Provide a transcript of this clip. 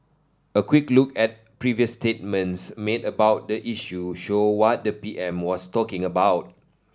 a quick look at previous statements made about the issue show what the P M was talking about